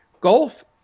golf